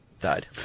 died